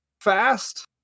fast